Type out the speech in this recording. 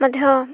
ମଧ୍ୟ